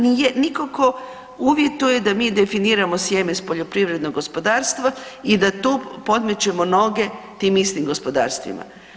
Nema, nitko tko uvjetuje da mi definiramo sjeme s poljoprivrednog gospodarstva i da tu podmećemo noge tim istim gospodarstvima.